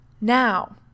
Now